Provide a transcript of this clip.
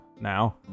now